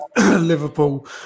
Liverpool